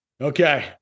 Okay